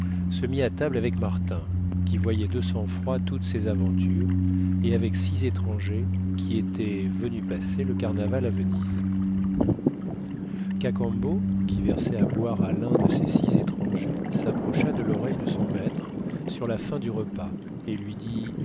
se mit à table avec martin qui voyait de sang froid toutes ces aventures et avec six étrangers qui étaient venus passer le carnaval à venise cacambo qui versait à boire à l'un de ces six étrangers s'approcha de l'oreille de son maître sur la fin du repas et lui dit